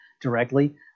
directly